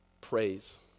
praise